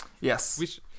Yes